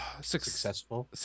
Successful